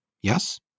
Yes